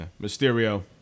Mysterio